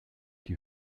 die